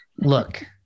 Look